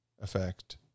effect